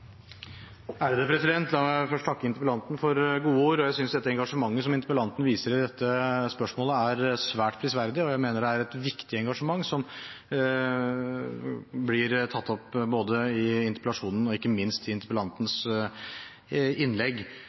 engasjementet som interpellanten viser i dette spørsmålet, er svært prisverdig. Jeg mener det er et viktig engasjement som blir tatt opp både i interpellasjonen og ikke minst i interpellantens innlegg.